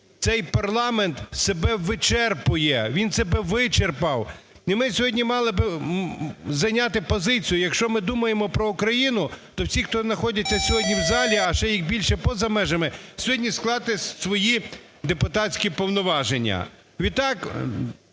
цей парламент себе вичерпує, він себе вичерпав. І ми сьогодні мали би зайняти позицію, якщо ми думаємо про Україну, то всі, хто знаходяться сьогодні в залі, а ще їх більше поза межами, сьогодні скласти свої депутатські повноваження.